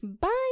Bye